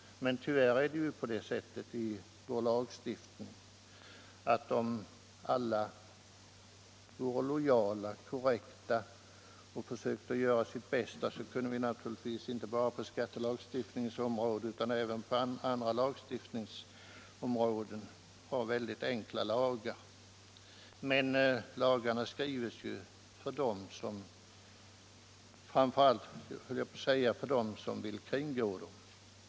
Men om alla vore lojala, korrekta och försökte göra sitt bästa skulle vi, inte bara i skattelagstiftningen utan även på andra områden, ha mycket enkla lagar. I stället måste lagarna skrivas 49 framför allt, höll jag på att säga, för dem som vill kringgå dem.